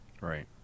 Right